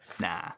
Nah